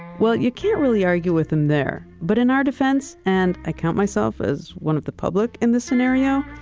well, you can't really argue with him there but in our defense, and i count myself as one of the public in this scenario,